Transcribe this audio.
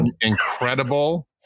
incredible